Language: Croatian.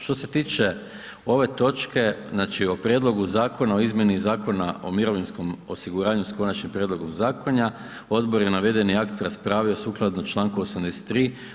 Što se tiče ove točke o Prijedlogu zakona o izmjeni Zakona o mirovinskom osiguranju, s Konačnim prijedlogom Zakona odbor je navedeni akt raspravio sukladno članku 83.